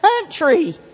country